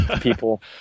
people